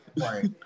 right